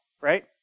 right